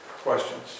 Questions